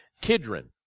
Kidron